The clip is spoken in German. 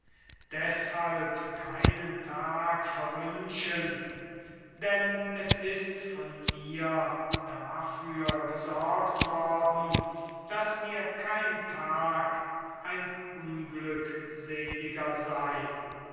deshalb keinen tag verwünschen denn es ist von mir dafür gesorgt worden daß mir kein tag ein unglückseliger sei